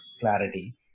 clarity